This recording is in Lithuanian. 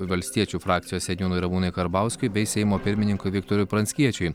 valstiečių frakcijos seniūnui ramūnui karbauskiui bei seimo pirmininkui viktorui pranckiečiui